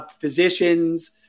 physicians